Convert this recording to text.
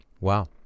Wow